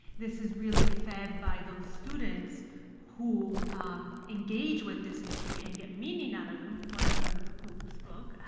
this is really fed by those students who engage with this history and get meaning out of them one of them who spoke,